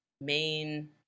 main